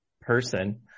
person